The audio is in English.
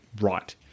right